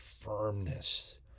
firmness